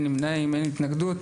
אין נמנעים ואין התנגדות.